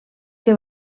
que